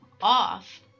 off